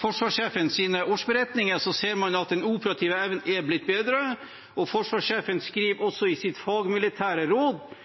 forsvarssjefens årsberetninger, ser man at den operative evnen er blitt bedre, og forsvarssjefen skriver også i sitt fagmilitære råd